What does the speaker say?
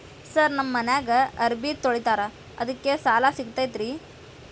Sir ನಮ್ಮ ಮನ್ಯಾಗ ಅರಬಿ ತೊಳಿತಾರ ಅದಕ್ಕೆ ಸಾಲ ಸಿಗತೈತ ರಿ?